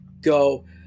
go